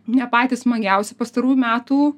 ne patys smagiausi pastarųjų metų